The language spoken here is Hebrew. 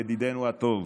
ידידנו הטוב.